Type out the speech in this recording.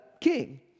king